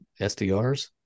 SDRs